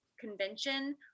convention